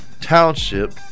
Township